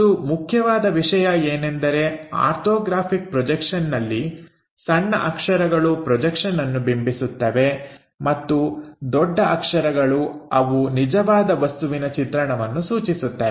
ಮತ್ತು ಮುಖ್ಯವಾದ ವಿಷಯ ಏನೆಂದರೆ ಆರ್ಥೋಗ್ರಾಫಿಕ್ ಪ್ರೊಜೆಕ್ಷನ್ನಲ್ಲಿ ಸಣ್ಣ ಅಕ್ಷರಗಳು ಪ್ರೊಜೆಕ್ಷನ್ಅನ್ನು ಬಿಂಬಿಸುತ್ತವೆ ಮತ್ತು ದೊಡ್ಡ ಅಕ್ಷರಗಳು ಅವು ನಿಜವಾದ ವಸ್ತುವಿನ ಚಿತ್ರಣವನ್ನು ಸೂಚಿಸುತ್ತವೆ